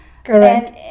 Correct